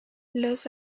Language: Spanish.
los